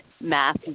Math